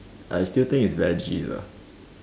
I still think is veggies lah